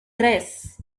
tres